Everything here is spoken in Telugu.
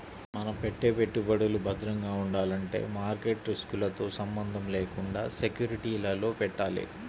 మనం పెట్టే పెట్టుబడులు భద్రంగా ఉండాలంటే మార్కెట్ రిస్కులతో సంబంధం లేకుండా సెక్యూరిటీలలో పెట్టాలి